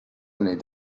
neid